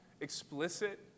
explicit